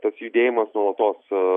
tas judėjimas nuolatos